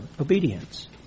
Obedience